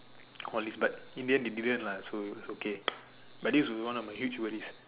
all these but in the end they didn't lah so it's okay but this was one of my huge worries